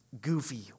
goofy